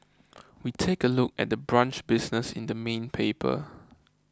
we take a look at the brunch business in the main paper